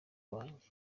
wanjye